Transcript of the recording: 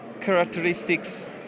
characteristics